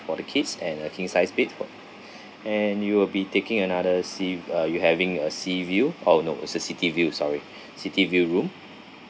for the kids and a king sized bed for and you will be taking another sea uh you having a sea view oh no is a city view sorry city view room